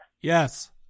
Yes